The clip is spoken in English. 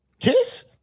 Kiss